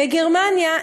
בגרמניה,